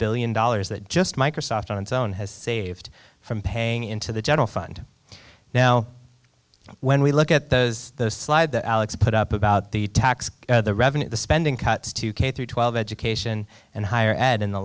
billion dollars that just microsoft on its own has saved from paying into the general fund now when we look at the slide that alex put up about the tax revenue the spending cuts to k through twelve education and higher ed in the